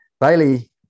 Bailey